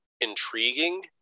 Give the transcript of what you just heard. intriguing